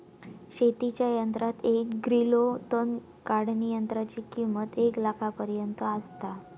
शेतीच्या यंत्रात एक ग्रिलो तण काढणीयंत्राची किंमत एक लाखापर्यंत आसता